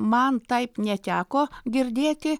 man taip neteko girdėti